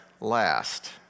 last